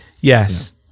Yes